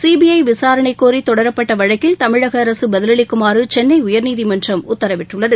CBI விசாரணை கோரி தொடரப்பட்ட வழக்கில் தமிழக அரசு பதில் அளிக்குமாறு சென்னை உயர்நீதிமன்றம் உத்தரவிட்டுள்ளது